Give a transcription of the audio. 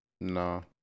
No